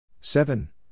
seven